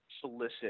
solicit